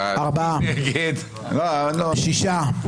ארבעה בעד, שישה נגד, אין נמנעים.